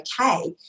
okay